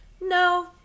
no